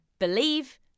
Believe